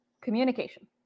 communication